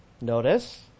notice